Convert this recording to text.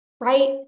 right